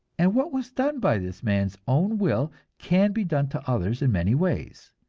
and what was done by this man's own will can be done to others in many ways.